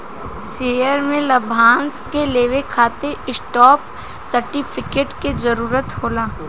share के लाभांश के लेवे खातिर स्टॉप सर्टिफिकेट के जरूरत होला